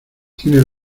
tiene